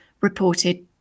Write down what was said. reported